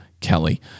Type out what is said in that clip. Kelly